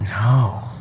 no